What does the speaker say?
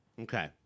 Okay